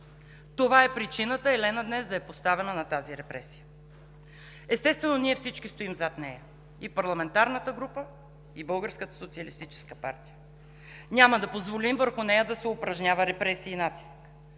Това е причината Елена днес да е поставена на тази репресия. Естествено, ние всички стоим зад нея – и парламентарната група, и Българската социалистическа партия. Няма да позволим върху нея да се упражнява репресия и натиск.